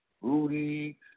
Rudy